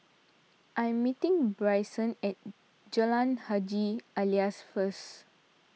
I am meeting Bryson at Jalan Haji Alias first